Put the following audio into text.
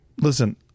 Listen